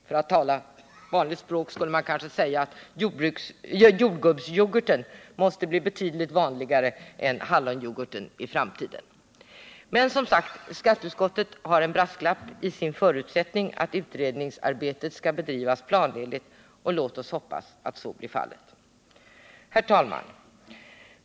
För att tala vanligt språk skulle man kanske säga att jordgubbsyoghurten i framtiden måste bli betydligt vanligare än hallonyoghurten. Men, som sagt, skatteutskottet har den brasklappen i sin förutsättning att arbetet skall bedrivas planenligt, och låt oss hoppas att så blir fallet. Herr talman!